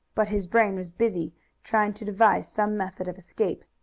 but his brain was busy trying to devise some method of escape.